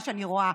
ממה שאני רואה,